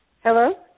Hello